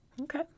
okay